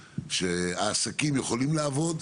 שהעסקים יכולים לעבוד,